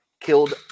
killed